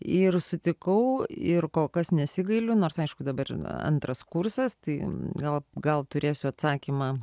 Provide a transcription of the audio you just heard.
ir sutikau ir kol kas nesigailiu nors aišku dabar yra antras kursas tai gal gal turėsiu atsakymą